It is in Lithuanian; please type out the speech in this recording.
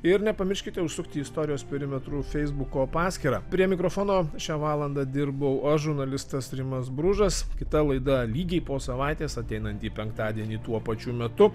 ir nepamirškite užsukti į istorijos perimetrų feisbuko paskyrą prie mikrofono šią valandą dirbau aš žurnalistas rimas bružas kita laida lygiai po savaitės ateinantį penktadienį tuo pačiu metu